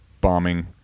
bombing